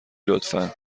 لطفا